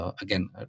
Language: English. again